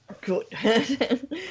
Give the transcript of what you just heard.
Good